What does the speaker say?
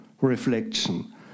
reflection